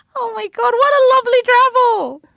oh, my god, what a lovely girl oh,